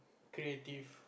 creative